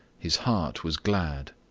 his heart was glad.